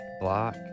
block